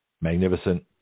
magnificent